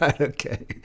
okay